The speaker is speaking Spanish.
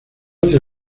hacia